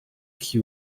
qui